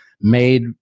made